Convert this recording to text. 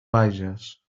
bages